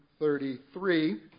33